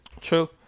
true